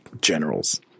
generals